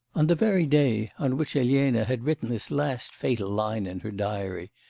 on the very day on which elena had written this last fatal line in her diary,